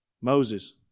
Moses